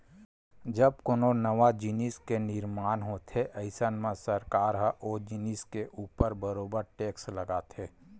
जब कोनो नवा जिनिस के निरमान होथे अइसन म सरकार ह ओ जिनिस के ऊपर बरोबर टेक्स लगाथे